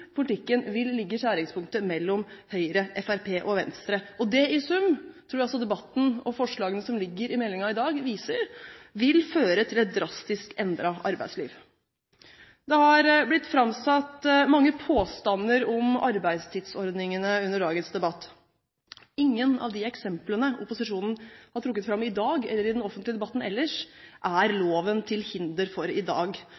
politikken vil ligge i skjæringspunktet mellom Høyre, Fremskrittspartiet og Venstre. I sum tror jeg også debatten og forslagene som ligger i innstillingen i dag, viser at det vil føre til et drastisk endret arbeidsliv. Det har blitt framsatt mange påstander om arbeidstidsordningene under dagens debatt. Ingen av de eksemplene opposisjonen har trukket fram, verken i dag eller i den offentlige debatten ellers, er loven til hinder for i dag.